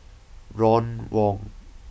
Ron Wong